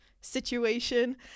situation